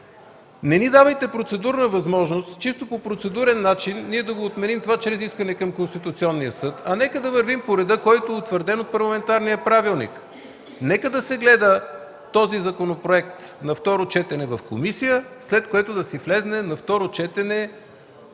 Не ни давайте процедурна възможност по чисто процедурен начин ние да отменим това чрез искане към Конституцонния съд! Нека да вървим по реда, утвърден от парламентарния правилник. Нека този законопроект да се гледа на второ четене в комисия, след което да влезе на второ четене